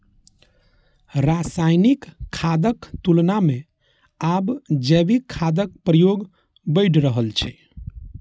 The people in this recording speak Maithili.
रासायनिक खादक तुलना मे आब जैविक खादक प्रयोग बढ़ि रहल छै